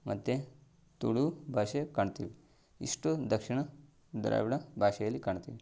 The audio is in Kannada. ಮತ್ತು ತುಳು ಭಾಷೆ ಕಾಣ್ತೀವಿ ಇಷ್ಟು ದಕ್ಷಿಣ ದ್ರಾವಿಡ ಭಾಷೆಯಲ್ಲಿ ಕಾಣ್ತೀವಿ